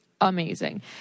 amazing